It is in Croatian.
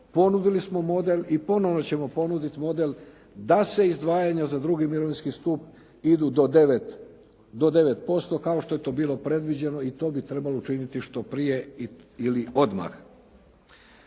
Ponudili smo model i ponovno ćemo ponuditi model da se izdvajanja za drugi mirovinski stup idu do 9% kao što je to bilo predviđeno. I to bi trebalo učiniti što prije ili odmah.